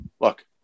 look